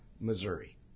Missouri